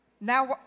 Now